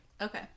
okay